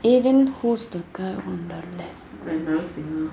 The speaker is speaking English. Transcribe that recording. eh then who is he guy on the left